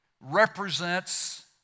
represents